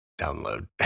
download